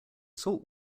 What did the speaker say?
salt